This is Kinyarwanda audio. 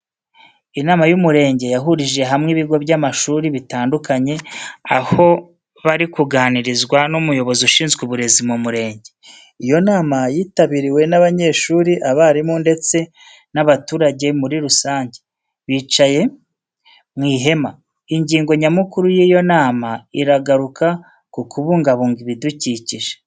Inama y'umurenge yahurije hamwe ibigo by'amashuri bitandukanye, aho bari kuganirizwa n'umuyobozi ushinzwe uburezi mu murenge. Iyo nama yitabiriwe n'abanyeshyuri, abarimu ndetse n'abaturage muri rusange, bicaye mu ihema. Ingingo nyamukuru y'iyo nama iragaruka ku kubungabunga ibidukikije.